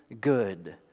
good